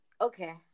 Okay